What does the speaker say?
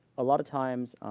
a lot of times